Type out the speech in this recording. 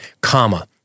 comma